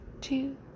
two